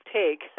take